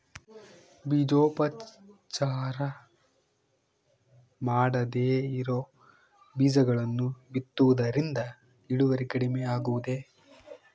ಬೇಜೋಪಚಾರ ಮಾಡದೇ ಇರೋ ಬೇಜಗಳನ್ನು ಬಿತ್ತುವುದರಿಂದ ಇಳುವರಿ ಕಡಿಮೆ ಆಗುವುದೇ?